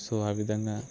so ఆ విధంగా